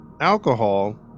alcohol